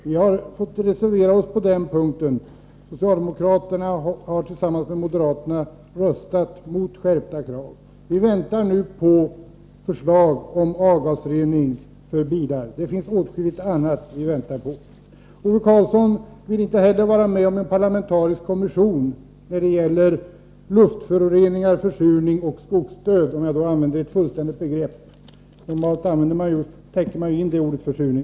Vi har fått reservera oss på den punkten. Socialdemo kraterna har tillsammans med moderaterna röstat mot skärpta krav. Vi väntar nu på förslag om bilavgasrening — och mycket annat. Ove Karlsson vill inte vara med om en parlamentarisk kommission mot luftföroreningar, försurning och skogsdöd. Jag använder här ett fullständigt begrepp — normalt täcker man ju med ordet försurning in de båda andra miljöproblemen.